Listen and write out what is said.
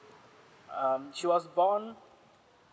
um she was born